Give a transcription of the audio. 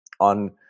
on